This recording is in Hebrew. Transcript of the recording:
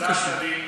הבטחת לי,